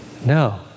No